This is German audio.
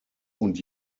und